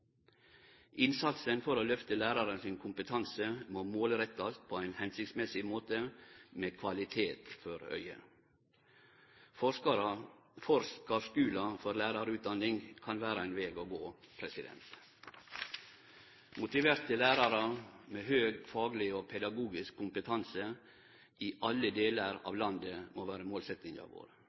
Innsatsen for å lyfte lærarane sin kompetanse må målrettast på ein hensiktsmessig måte med sikte på kvalitet. Forskarskular for lærarutdanning kan vere ein veg å gå. Motiverte lærarar med høg fagleg og pedagogisk kompetanse i alle delar av landet må vere målsetjinga